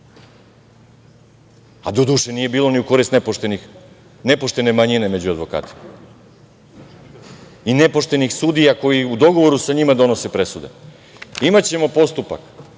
Doduše, nije bilo ni u korist nepoštene manjine među advokatima i nepoštenih sudija, koji u dogovoru sa njima donose presude. Imaćemo postupak